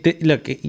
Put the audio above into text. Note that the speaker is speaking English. Look